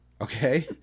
okay